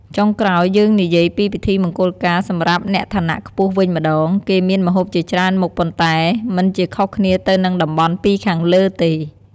ចុងក្រោយយើងនិយាយពីពិធីមង្គលការសម្រាប់អ្នកឋានៈខ្ពស់វិញម្តង គេមានម្ហូបជាច្រើនមុខប៉ុន្តែមិនជាខុសគ្នាទៅនឹងតំបន់២ខាងលើទេ។